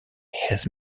his